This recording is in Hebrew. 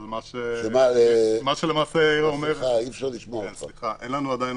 אבל מה שלמעשה היא מנסה לומר נראה